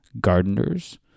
gardeners